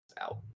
out